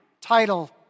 title